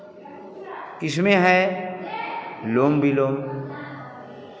इसमें है अनुलोम विलोम